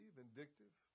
vindictive